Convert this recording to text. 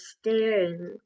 staring